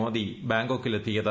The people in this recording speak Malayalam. മോദി ബാങ്കോക്കിലെത്തിയത്